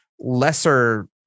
lesser